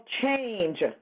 change